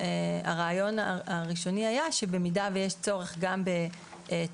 הרעיון הראשוני היה שבמידה ויש צורך יהיה גם טיפול